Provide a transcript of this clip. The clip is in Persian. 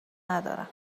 ندارم